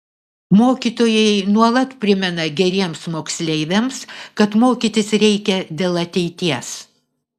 mokytojai nuolat primena geriems moksleiviams kad mokytis reikia dėl ateities